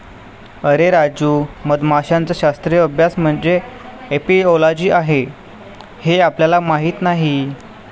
अरे राजू, मधमाशांचा शास्त्रीय अभ्यास म्हणजे एपिओलॉजी आहे हे आपल्याला माहीत नाही